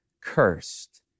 cursed